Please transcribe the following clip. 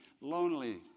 Lonely